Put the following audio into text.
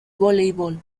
voleibol